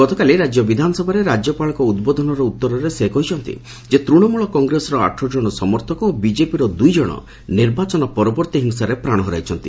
ଗତକାଲି ରାଜ୍ୟ ବିଧାନସଭାରେ ରାଜ୍ୟପାଳଙ୍କ ଉଦ୍ବୋଧନର ଉତ୍ତରରେ ସେ କହିଛନ୍ତି ଯେ ତୃଣମୂଳ କଂଗ୍ରେସର ଆଠଜଣ ସମର୍ଥକ ଓ ବିଜେପିର ଦୁଇଜଣ ନିର୍ବାଚନ ପରବର୍ତ୍ତୀ ହିଂସାରେ ପ୍ରାଣ ହରାଇଛନ୍ତି